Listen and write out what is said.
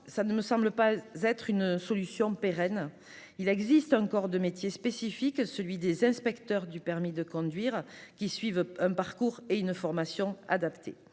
cela ne me semble pas être une solution pérenne. Il existe un corps de métier spécifique, celui des inspecteurs du permis de conduire, qui suivent un parcours et une formation adaptés.